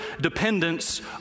dependence